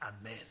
amen